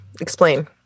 Explain